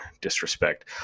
Disrespect